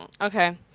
Okay